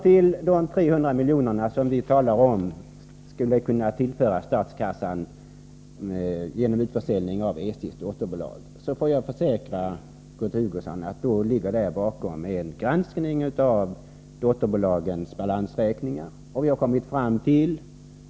Beträffande de 300 miljonerna som vi menar skulle kunna tillföras statskassan genom utförsäljning av SJ:s dotterbolag vill jag försäkra Kurt Hugosson att det bakom detta förslag ligger en granskning av dotterbolagens balansräkningar.